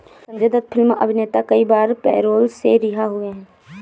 Sanjay Dutt film अभिनेता कई बार पैरोल से रिहा हुए हैं